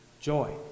joy